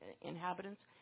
inhabitants